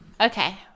okay